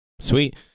Sweet